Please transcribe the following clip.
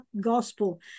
gospel